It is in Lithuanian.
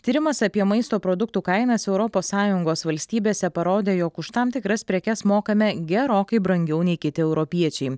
tyrimas apie maisto produktų kainas europos sąjungos valstybėse parodė jog už tam tikras prekes mokame gerokai brangiau nei kiti europiečiai